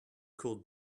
code